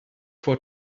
for